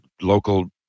local